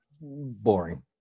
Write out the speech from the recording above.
boring